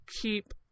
keep